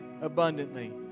abundantly